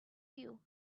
you